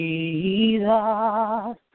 Jesus